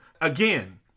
Again